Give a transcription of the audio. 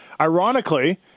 ironically